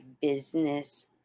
business